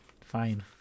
Fine